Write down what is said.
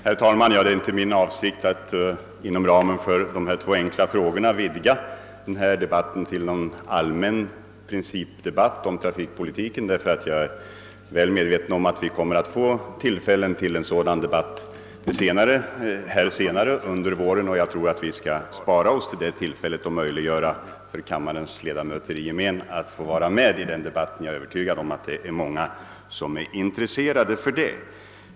Herr talman! Det är inte min avsikt att inom ramen för dessa två enkla frågor vidga diskussionen till en allmän principdebatt om trafikpolitiken. En sådan debatt får vi tillfälle att föra här i kammaren senare i vår, och jag tycker att vi skall spara våra argument till dess och möjliggöra för kammarens övriga ledamöter att också få delta i den debatten. Jag är övertygad om att många är intresserade av det.